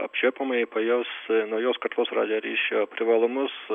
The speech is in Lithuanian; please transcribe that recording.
apčiuopiamai pajaus naujos kartos radijo ryšio privalumus